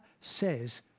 says